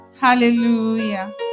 Hallelujah